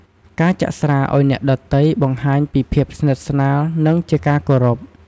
ការចាក់ស្រាឲ្យអ្នកដទៃបង្ហាញពីភាពស្និទ្ធស្នាលនិងជាការគោរព។